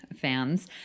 fans